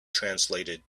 translated